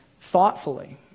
thoughtfully